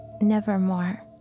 Nevermore